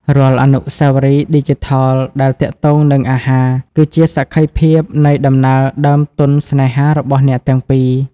រាល់អនុស្សាវរីយ៍ឌីជីថលដែលទាក់ទងនឹងអាហារ គឺជាសក្ខីភាពនៃដំណើរដើមទុនស្នេហារបស់អ្នកទាំងពីរ។